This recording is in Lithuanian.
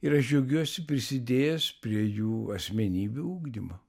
ir aš džiaugiuosi prisidėjęs prie jų asmenybių ugdymo